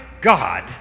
God